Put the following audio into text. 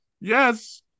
yes